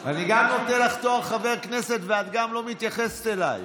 אני גם נותן לך תואר של חבר כנסת ואת גם לא מתייחסת אליי.